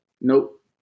Nope